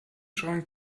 schrank